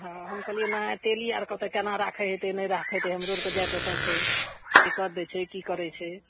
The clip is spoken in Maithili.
हम कहलिए ने तेली आओरके ओतए कोना राखै हेतै नहि राखै हेतै हमरोके जाति ओतए छै दिक्कत दै छै कि करै छै